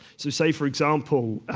so say, for example,